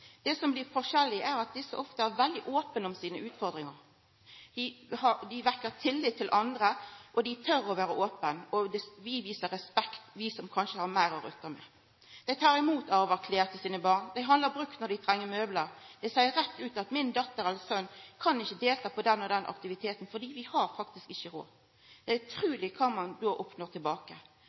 Det som blir forskjellig, er at desse ofte er veldig opne om sine utfordringar. Dei har tillit til andre, og dei vågar å vera opne. Vi som kanskje har meir å rutta med, viser dei respekt. Dei tek imot arva klede til sine barn. Dei handlar brukt når dei treng møblar. Dei seier rett ut at dottera mi eller sonen min kan ikkje delta på den og den aktiviteten fordi vi har faktisk ikkje råd. Det er utruleg kva ein då oppnår tilbake.